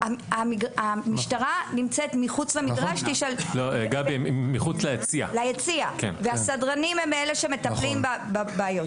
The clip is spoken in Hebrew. המשטרה נמצאת מחוץ ליציע והסדרנים הם אלה שמטפלים בבעיות.